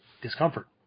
Discomfort